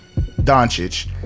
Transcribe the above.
Doncic